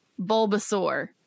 Bulbasaur